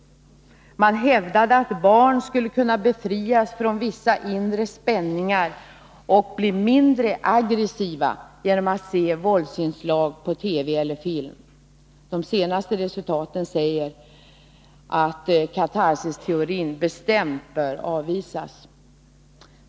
Man hävdade att barn skulle kunna befrias från vissa inre spänningar och bli mindre aggressiva genom att se våldsinslag på TV eller film. De senaste resultaten säger att katharsisteorin bestämt bör avvisas.